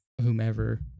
whomever